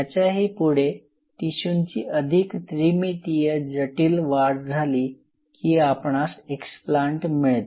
याच्याही पुढे टिशूंची अधिक त्रिमितीय जटिल वाढ झाली की आपणास एक्सप्लांट मिळते